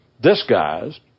disguised